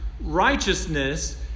righteousness